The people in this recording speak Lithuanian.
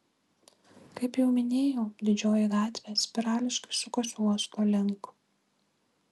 kaip jau minėjau didžioji gatvė spirališkai sukosi uosto link